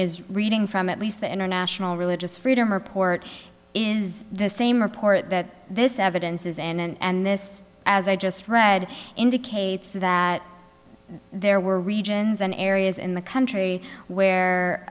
is reading from at least the international religious freedom report is the same report that this evidence is and this as i just read indicates that there were regions and areas in the country where